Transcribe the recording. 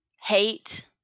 hate